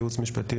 ייעוץ משפטי,